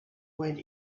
went